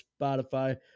Spotify